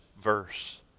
verse